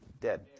dead